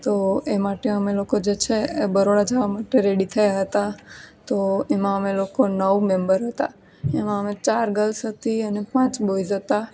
તો એ માટે અમે લોકો જે છે એ બરોડા જાવા માટે રેડી થયા હતા તો એમાં અમે લોકો નવ મેમ્બર હતા એમાં અમે ચાર ગર્લ્સ હતી અને પાંચ બોય્ઝ હતા